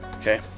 Okay